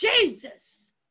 Jesus